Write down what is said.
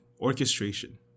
orchestration